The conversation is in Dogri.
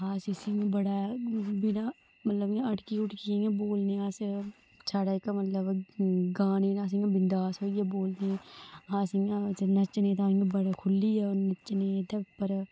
अस इसी बड़ा बिना मतलब अटकी उटकिए बोलने आं अस साढ़े इत्थै मतलब गाने नै अस इयां बिंदास होइयेै बोलने आं अस इयां नच्चने तां इयां बड़े खुल्लिये नच्चने एहदे उप्पर